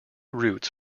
roots